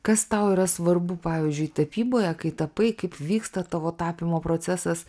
kas tau yra svarbu pavyzdžiui tapyboje kai tapai kaip vyksta tavo tapymo procesas